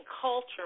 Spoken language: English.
culture